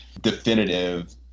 definitive